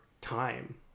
time